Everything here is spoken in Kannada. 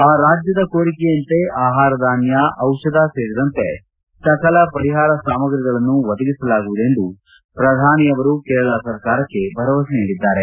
ಆ ಕೋರಿಕೆಯಂತೆ ಆಹಾರ ಧಾನ್ಜ ದಿಷಧ ಸೇರಿದಂತೆ ಸಕಲ ಪರಿಹಾರ ಸಾಮಗ್ರಗಳನ್ನು ಒದಗಿಸಲಾಗುವುದೆಂದು ಪ್ರಧಾನಿ ಅವರು ಕೇರಳ ಸರ್ಕಾರಕ್ಕೆ ಭರವಸೆ ನೀಡಿದ್ದಾರೆ